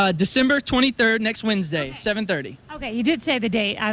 ah december twenty three. next wednesday. seven thirty. okay. you did say the date.